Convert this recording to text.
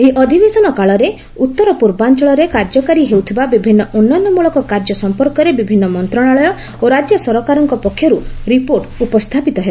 ଏହି ଅଧିବେଶନକାଳରେ ଉତ୍ତର ପୂର୍ବାଞ୍ଚଳରେ କାର୍ଯ୍ୟକାରୀ ହେଉଥିବା ବିଭିନ୍ନ ଉନ୍ନୟନମଳକ କାର୍ଯ୍ୟ ସମ୍ପର୍କରେ ବିଭିନ୍ନ ମନ୍ତ୍ରଣାଳୟ ଓ ରାଜ୍ୟ ସରକାରଙ୍କ ପକ୍ଷରୁ ରିପୋର୍ଟ ଉପସ୍ଥାପିତ ହେବ